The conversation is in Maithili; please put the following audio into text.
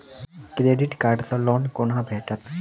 क्रेडिट कार्ड सँ लोन कोना भेटत?